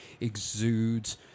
exudes